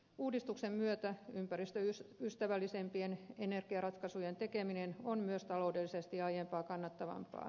uudistuksen myötä ympäristöystävällisempien energiaratkaisujen tekeminen on myös taloudellisesti aiempaa kannattavampaa